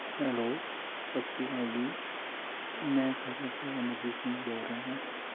hello ਸਤਿ ਸ਼੍ਰੀ ਅਕਾਲ ਜੀ ਮੈਂ ਖਰੜ ਤੋਂ ਅਮਰਜੀਤ ਸਿੰਘ ਬੋਲ ਰਿਹਾ ਹਾਂ